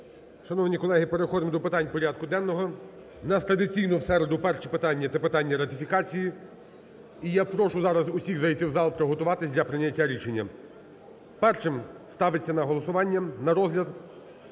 Шановні колеги, переходимо до питань порядку денного. У нас традиційно в середу перше питання – це питання ратифікації. І я прошу зараз усіх зайти в зал і приготуватись для прийняття рішення. Першим ставиться на голосування на розгляд